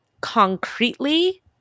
concretely